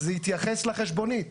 זה התייחס לחשבונית